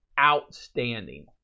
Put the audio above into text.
outstanding